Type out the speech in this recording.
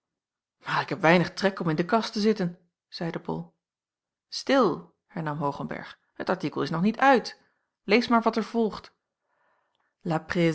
maar ik heb weinig trek om in de kast te zitten zeide bol stil hernam hoogenberg het artikel is nog niet uit lees maar wat er volgt